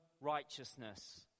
righteousness